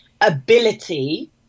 ability